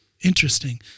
interesting